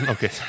Okay